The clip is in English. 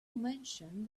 mention